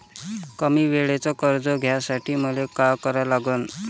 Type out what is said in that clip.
कमी वेळेचं कर्ज घ्यासाठी मले का करा लागन?